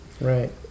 right